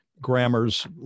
Grammars